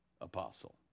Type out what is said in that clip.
apostle